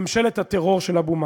ממשלת הטרור של אבו מאזן.